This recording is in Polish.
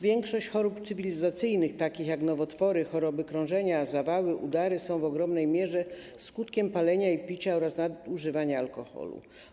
Większość chorób cywilizacyjnych takich jak nowotwory, choroby krążenia, zawały, udary jest w ogromnej mierze skutkiem palenia i picia oraz nadużywania alkoholu.